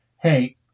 hey